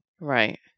Right